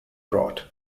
drought